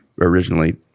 originally